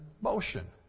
motion